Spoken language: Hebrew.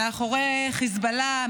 מאחורי חיזבאללה,